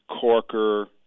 Corker